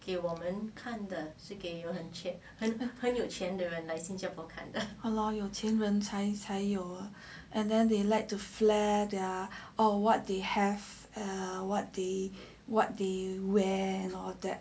ah loh 有钱人才才有 and then they like to flare there or what they have what they what they wear and all that